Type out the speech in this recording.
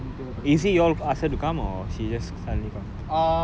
she came and then she prayed lah சாமி குமிடிட்டு:saami kumitittu